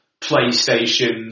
PlayStation